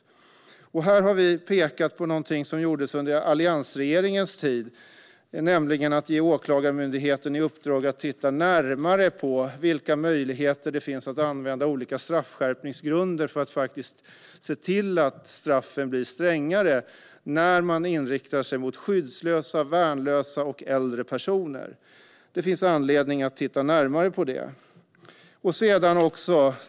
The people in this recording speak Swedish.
Vi moderater har pekat på något som gjordes under alliansregeringens tid, nämligen att ge Åklagarmyndigheten i uppdrag att titta närmare på vilka möjligheter det finns att använda olika straffskärpningsgrunder så att straffen blir strängare när man inriktar sig mot skyddslösa, värnlösa och äldre personer. Det finns anledning att titta närmare på de frågorna.